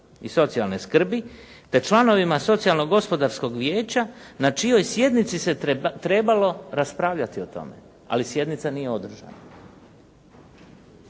i socijalne skrbi, te članovima Socijalno gospodarskog vijeća na čijoj sjednici se trebalo raspravljati o tome, ali sjednica nije održana.